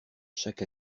chaque